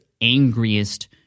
angriest